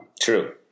True